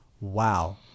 wow